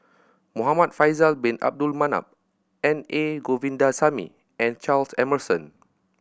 Muhamad Faisal Bin Abdul Manap N A Govindasamy and Charles Emmerson